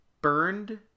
burned